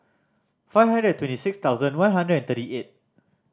five hundred twenty six thousand one hundred and thirty eight